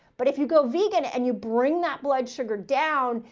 but if you go vegan and you bring that blood sugar down,